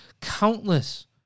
countless